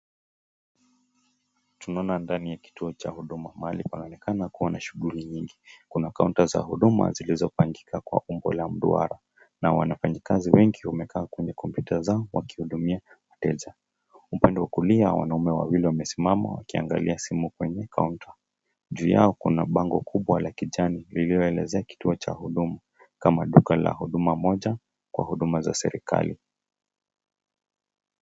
Tunaona ndani ya huduma pahali panaonekana kuwa na shughuli nyingi. Kuna kaunta za huduma zilizo pangika kwa umbo la umduara, na wafanyekasi wengi wamekaa kwenye komputa zao wakihudumia wateja. Upande wa kulia wanaume wawili wamesimama wakiangalia simu kwenye kaunta. Juu yao Kuna bango kubwa la kijani lilioelezea kituo Cha huduma Kama duka la huduma moja kwa huduma za serikali.